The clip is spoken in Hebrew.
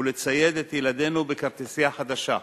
ולצייד את ילדינו בכרטיסייה חדשה.